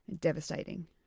devastating